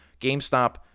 GameStop